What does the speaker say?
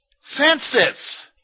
Senses